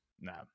no